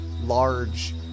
large